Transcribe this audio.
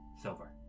Silver